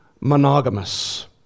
monogamous